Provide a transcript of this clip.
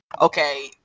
okay